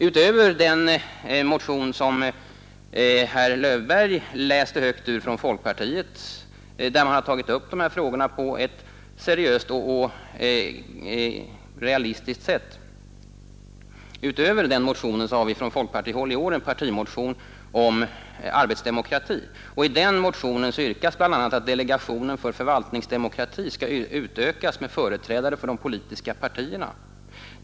Utöver den folkpartimotion, ur vilken herr Löfberg läste högt och i vilken man tagit upp dessa frågor på ett seriöst och realistiskt sätt, har vi från folkpartihåll i år väckt en partimotion om arbetsdemokrati. I den motionen yrkas bl.a. att delegationen för förvaltningsdemokrati skall utökas med företrädare för de politiska partierna.